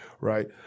Right